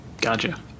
Gotcha